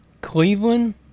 Cleveland